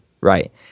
right